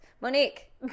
Monique